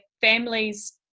families